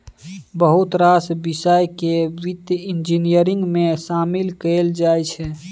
बहुत रास बिषय केँ बित्त इंजीनियरिंग मे शामिल कएल जाइ छै